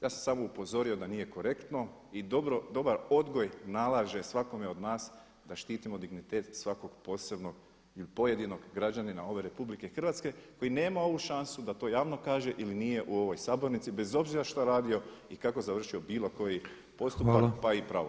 Ja sam samo upozorio da nije korektno i dobar odgoj nalaže svakome od nas da štitimo dignitet svakog posebnog i pojedinog građanina ove RH koji nema ovu šansu da to javno kaže ili nije u ovoj sabornici bez obzira šta radio i kako završio bilo koji postupak pa i pravosudni.